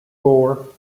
four